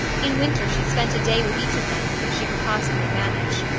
in winter she spent a day with each of them, if she could possibly manage.